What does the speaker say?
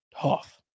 tough